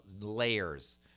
layers